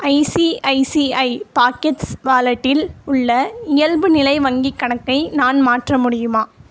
ICICI Pockets வாலெட்டில் உள்ள இயல்புநிலை வங்கிக் கணக்கை நான் மாற்ற முடியுமா